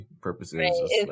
purposes